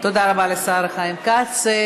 תודה רבה לשר חיים כץ.